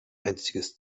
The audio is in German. einziges